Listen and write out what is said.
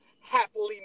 happily